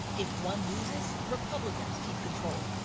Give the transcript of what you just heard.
if one loses, republicans keep control.